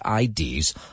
ids